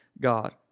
god